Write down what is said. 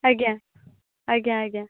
ଆଜ୍ଞା ଆଜ୍ଞା ଆଜ୍ଞା